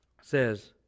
says